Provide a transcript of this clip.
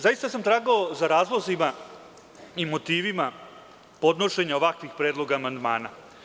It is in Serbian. Zaista sam tragao za razlozima i motivima podnošenja ovakvih predloga amandmana.